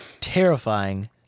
Terrifying